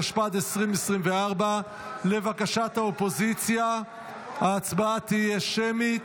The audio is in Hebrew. התשפ"ד 2024. לבקשת האופוזיציה ההצבעה תהיה שמית.